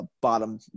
bottom